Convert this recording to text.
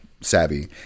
savvy